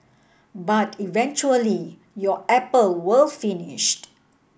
but eventually your apple will finished